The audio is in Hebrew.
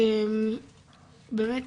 באמת,